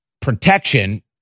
protection